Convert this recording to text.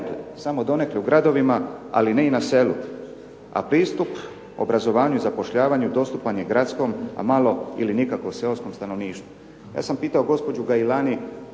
Samo donekle u gradovima, ali ne i na selu. A pristup obrazovanju i zapošljavanju dostupan je gradskom, a malo ili nikako seoskom stanovništvu. Ja sam pitao gospođu Gailani